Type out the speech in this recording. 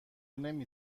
نمی